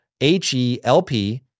H-E-L-P